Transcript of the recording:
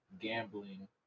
gambling